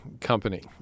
Company